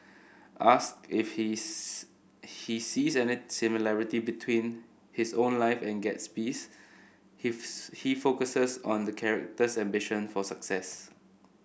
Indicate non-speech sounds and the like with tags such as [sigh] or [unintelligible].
asks if he [unintelligible] he sees any similarity between his own life and Gatsby's [unintelligible] he focuses on the character's ambition for success